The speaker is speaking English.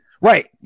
Right